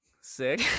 sick